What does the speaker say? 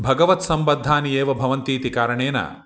भवगवत्सम्बद्धानि एव भवन्तीति कारणेन